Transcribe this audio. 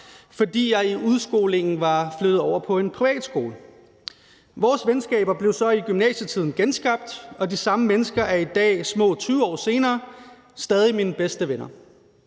fordi jeg i udskolingen var flyttet over på en privatskole. Vores venskaber blev så i gymnasietiden genskabt, og de samme mennesker er i dag – små 20 år senere – stadig mine bedste venner.